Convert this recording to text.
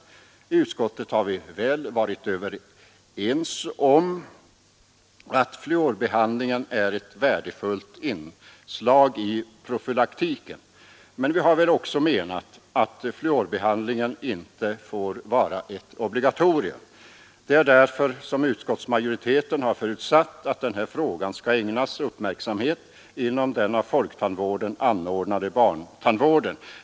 I utskottet har vi väl varit överens om att fluorbehandlingen är ett värdefullt inslag i profylaktiken. Men vi har väl också menat att fluorbehandlingen inte får vara ett obligatorium. Det är därför som utskottsmajoriteten har förutsatt att den här frågan skall ägnas uppmärksamhet inom den av folktandvården anordnade barntandvården.